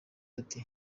ati